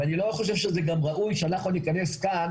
ואני חושב שגם לא ראוי שאנחנו ניכנס כאן